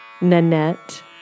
Nanette